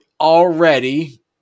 already